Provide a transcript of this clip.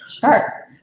Sure